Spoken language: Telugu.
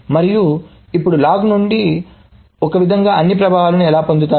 మరియు ఇప్పుడు లాగ్ నుండి ఒక వ్యక్తి అన్ని ప్రభావాలను ఎలా పొందుతాడు